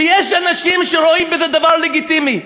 שיש אנשים שרואים בזה דבר לגיטימי.